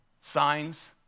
Signs